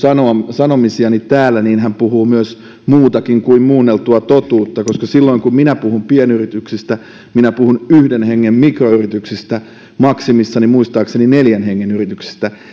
sanomisiani täällä niin hän puhuu myös muutakin kuin muunneltua totuutta koska silloin kun minä puhun pienyrityksistä minä puhun yhden hengen mikroyrityksistä maksimissaan muistaakseni neljän hengen yrityksistä